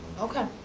okay.